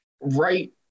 right